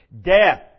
Death